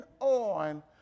on